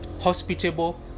hospitable